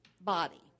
body